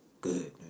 Good